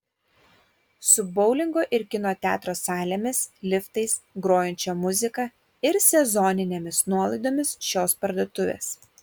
su boulingo ir kino teatro salėmis liftais grojančia muzika ir sezoninėmis nuolaidomis šios parduotuvės